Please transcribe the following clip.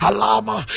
Alama